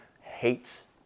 hates